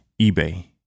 eBay